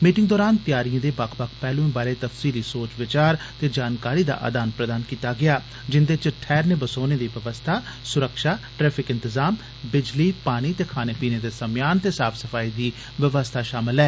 meeting दौरान त्यारियें दे बक्ख बक्ख पैहलूएं बारै तफसीली सोच विचार ते जानकारी दा अदान प्रदान कीता गेया जिन्दे च ठैहरने बसोने दी व्यवस्था स्रक्षा ट्रैफिक इंतजाम बिजली पानी खाने पीने दे सम्यान ते साफ सफाई दी व्यवस्था शामल ऐ